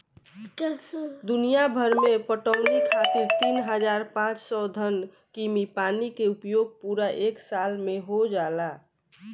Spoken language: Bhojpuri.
दुनियाभर में पटवनी खातिर तीन हज़ार पाँच सौ घन कीमी पानी के उपयोग पूरा एक साल में हो जाला